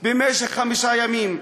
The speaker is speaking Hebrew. במשך חמישה ימים.